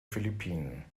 philippinen